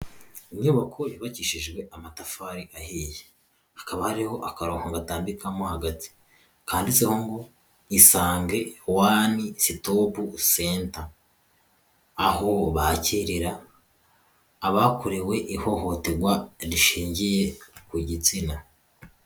Inyubako yubakishijwe amatafari ahiye hakaba hariho akarongo gatanmbika mo hagati kanditseho ngo isange wwni sitopu senta, aho bakirira abakorewe ihohoterwa rishingiye ku gitsina.